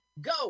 Go